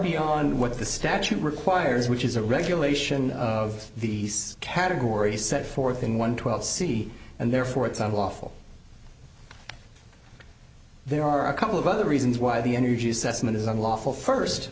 beyond what the statute requires which is a regulation of the category set forth in one twelve c and therefore it's on a lawful there are a couple of other reasons why the energy assessment is unlawful first